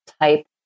type